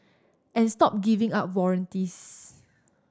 and stop giving out warranties